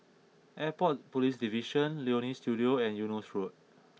Airport Police Division Leonie Studio and Eunos Road